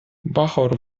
bachor